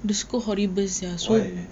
why